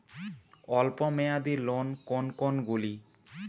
অল্প মেয়াদি লোন কোন কোনগুলি?